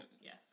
Yes